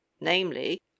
namely